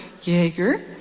Jaeger